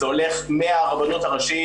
זה הולך מהרבנות הראשית,